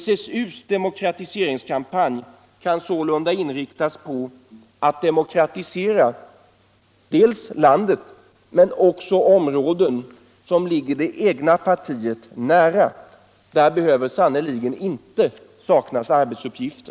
SSU:s demokratiseringskampanj kan sålunda inriktas på att demokratisera landet men också på att demokratisera områden som ligger det egna partiet nära. Där behöver sannerligen inte saknas arbetsuppgifter.